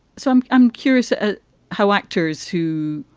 so i'm i'm curious ah how actors who,